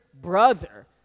brother